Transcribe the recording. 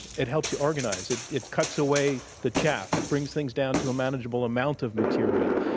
it helps you organize. it it cuts away the chafe. it brings things down to a manageable amount of material.